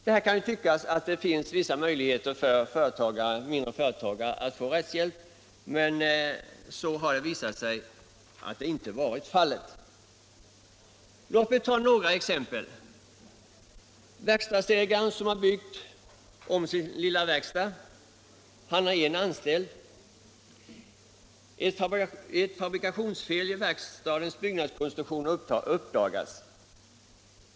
Det kan tyckas att det finns vissa möjligheter för mindre företagare att få rättshjälp, men det har visat sig att så inte är fallet. Låt mig ta några exempel. Verkstadsägaren med en anställd har byggt om sin lilla verkstad. Ett fel i byggnadens konstruktion uppdagas.